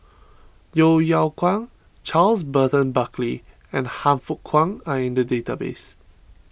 Yeo Yeow Kwang Charles Burton Buckley and Han Fook Kwang are in the database